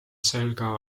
selga